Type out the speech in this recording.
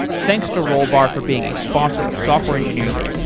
thanks to rollbar for being a sponsor of software engineering daily